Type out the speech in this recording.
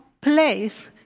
place